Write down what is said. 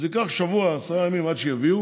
אז ייקח שבוע, עשרה ימים עד שיביאו,